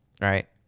Right